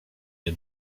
nie